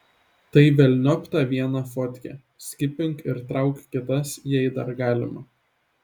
tai velniop tą vieną fotkę skipink ir trauk kitas jei dar galima